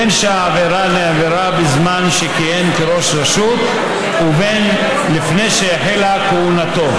בין שהעבירה נעברה בזמן שכיהן כראש רשות ובין לפני שהחלה כהונתו,